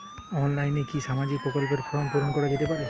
অনলাইনে কি সামাজিক প্রকল্পর ফর্ম পূর্ন করা যেতে পারে?